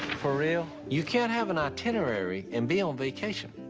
for real? you can't have an itinerary and be on vacation.